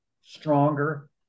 stronger